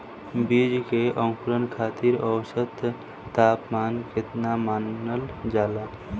बीज के अंकुरण खातिर औसत तापमान केतना मानल जाला?